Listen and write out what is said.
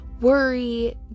worry